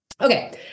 Okay